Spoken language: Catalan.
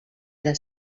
les